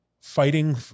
fighting